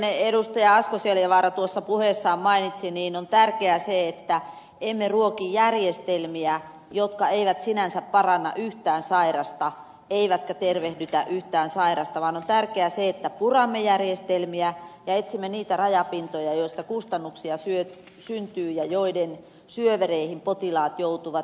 asko seljavaara tuossa puheessaan mainitsi on tärkeää se että emme ruoki järjestelmiä jotka eivät sinänsä paranna yhtään sairasta eivätkä tervehdytä yhtään sairasta vaan on tärkeää se että puramme järjestelmiä ja etsimme niitä rajapintoja joista kustannuksia syntyy ja joiden syövereihin potilaat joutuvat